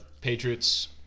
Patriots